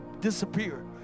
disappear